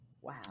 Wow